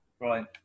Right